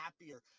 happier